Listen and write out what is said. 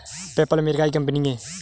PayPal America की कंपनी है